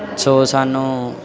ਸੋ ਸਾਨੂੰ